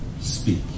speak